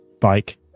bike